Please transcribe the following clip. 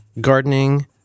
Gardening